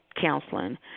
counseling